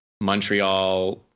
montreal